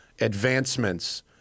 advancements